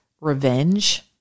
revenge